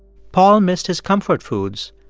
paul missed his comfort foods.